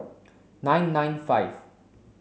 nine nine five